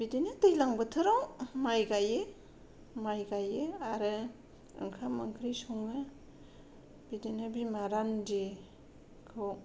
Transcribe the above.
बिदिनो दैलां बोथोराव माइ गायो माइ गायो आरो ओंखाम ओंख्रि सङो बिदिनो बिमा रान्दिखौ